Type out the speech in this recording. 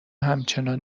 همچنان